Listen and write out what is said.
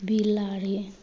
बिलाड़ि